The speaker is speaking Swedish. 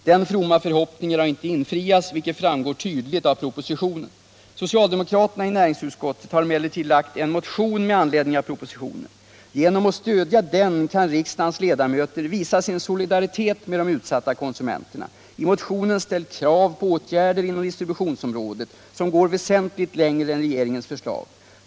Den fromma förhoppningen har inte infriats, vilket framgår tydligt av propositionen. Socialdemokraterna i näringsutskottet har emellertid väckt en motion med anledning av propositionen. Genom att stödja den kan riksdagens ledamöter visa sin solidaritet med de utsatta konsumenterna. I motionen ställs krav på åtgärder inom distributionsområdet som går väsentligt längre än regeringens förslag.